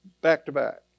back-to-back